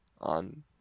on